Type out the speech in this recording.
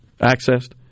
accessed